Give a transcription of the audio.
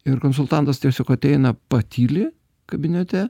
ir konsultantas tiesiog ateina patyli kabinete